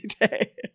day